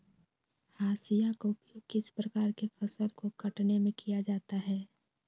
हाशिया का उपयोग किस प्रकार के फसल को कटने में किया जाता है?